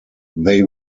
they